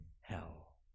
hell